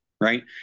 right